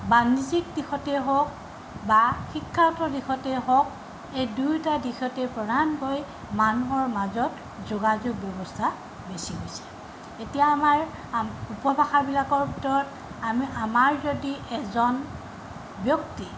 বাণিজ্যিক দিশতে হওক বা শিক্ষাৰত দিশতে হওক এই দুয়োটা দিশতে প্ৰধানকৈ মানুহৰ মাজত যোগাযোগ ব্যৱস্থা বেছি হৈছে এতিয়া আমাৰ আম উপভাষাবিলাকৰ ভিতৰত আমি আমাৰ যদি এজন ব্যক্তি